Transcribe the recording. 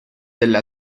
delle